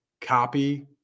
copy